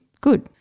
good